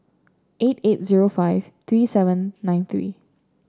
eight eight zero five three seven nine three